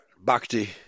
Bhakti